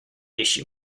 issue